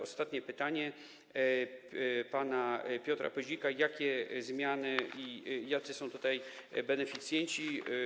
Ostatnie pytanie, pana Piotra Pyzika, jakie są zmiany i jacy są tutaj beneficjenci.